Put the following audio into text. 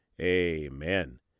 Amen